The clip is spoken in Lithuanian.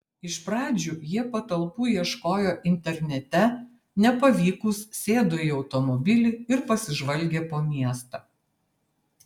iš pradžių jie patalpų ieškojo internete nepavykus sėdo į automobilį ir pasižvalgė po miestą